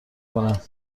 کنند